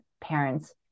parents